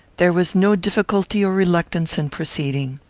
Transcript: there was no difficulty or reluctance in proceeding.